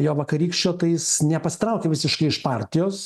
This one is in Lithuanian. jo vakarykščio tai jis nepasitraukė visiškai iš partijos